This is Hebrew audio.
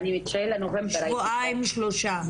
שבועיים, שלושה.